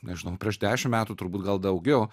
nežinau prieš dešimt metų turbūt gal daugiau